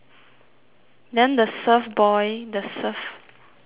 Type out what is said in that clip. then the surf boy the surf surf boy